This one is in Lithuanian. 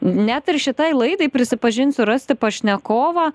net ir šitai laidai prisipažinsiu rasti pašnekovą